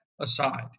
aside